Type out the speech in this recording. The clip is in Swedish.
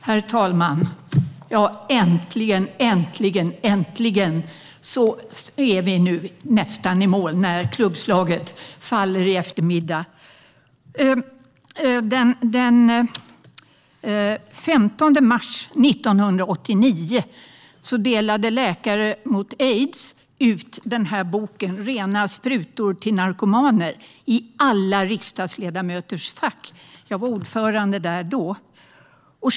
Herr talman! Äntligen, äntligen, äntligen! När klubbslaget faller i eftermiddag är vi nästan i mål. Den 15 mars 1989 delade Läkare mot aids, där jag var ordförande, ut boken Rena sprutor till narkomaner i alla riksdagsledamöters fack.